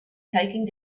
taking